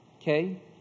okay